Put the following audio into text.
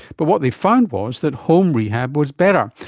but what they found was that home rehab was better.